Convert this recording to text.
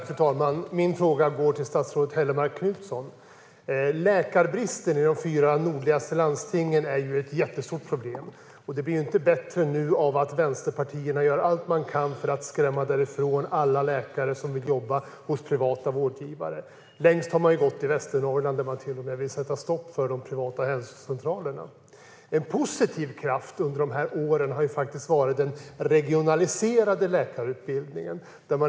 Fru talman! Min fråga går till statsrådet Hellmark Knutsson. Läkarbristen i de fyra nordligaste landstingen är ett jätteproblem. Det blir inte bättre av att vänsterpartierna gör allt de kan för att skrämma bort alla läkare som vill jobba hos privata vårdgivare. Längst har man gått i Västernorrland, där man till och med vill sätta stopp för de privata hälsocentralerna. En positiv kraft under åren har varit den regionaliserade läkarutbildningen.